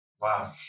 Wow